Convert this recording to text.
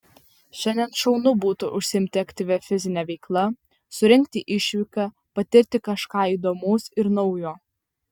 šiandien šaunu būtų užsiimti aktyvia fizine veikla surengti išvyką patirti kažką įdomaus ir naujo